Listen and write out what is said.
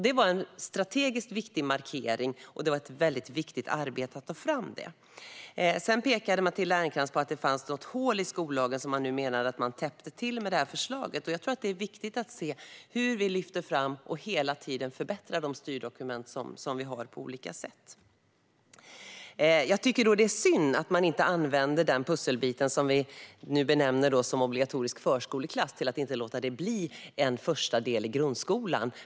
Det var en strategiskt viktig markering, och det var ett viktigt arbete att ta fram det. Sedan pekade Matilda Ernkrans på att det fanns ett hål i skollagen som man menar att man täpper till med det här förslaget, och jag tror att det är viktigt att se hur vi lyfter fram och hela tiden förbättrar de styrdokument vi har på olika sätt. Jag tycker att det är synd att man inte använder den pusselbit vi nu benämner obligatorisk förskoleklass och inte låter det bli en första del i grundskolan.